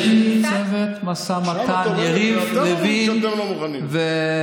יש לי צוות משא ומתן: יריב לוין ואלקין.